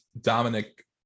Dominic